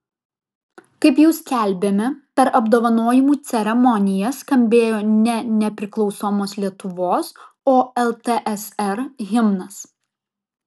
kaip jau skelbėme per apdovanojimų ceremoniją skambėjo ne nepriklausomos lietuvos o ltsr himnas